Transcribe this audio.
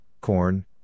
corn